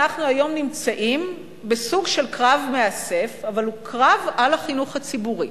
אנחנו היום נמצאים בסוג של קרב מאסף אבל הוא קרב על החינוך הציבורי.